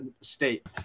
state